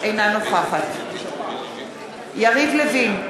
אינה נוכחת יריב לוין,